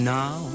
now